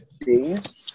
days